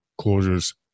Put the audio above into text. closures